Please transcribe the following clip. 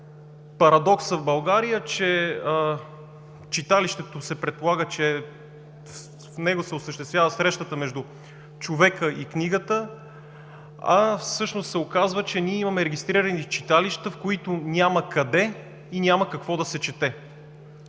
Парадоксът в България е, че се предполага в читалището да се осъществява срещата между човека и книгата, а всъщност се оказва, че ние имаме регистрирани читалища, в които няма къде и няма какво да се чете.